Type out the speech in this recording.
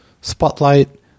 spotlight